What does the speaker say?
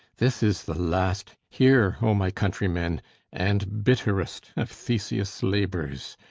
this is the last hear, o my countrymen and bitterest of theseus' labours!